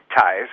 ties